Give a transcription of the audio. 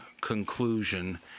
conclusion